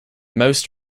most